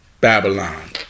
Babylon